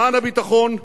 למען הביטחון,